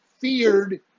feared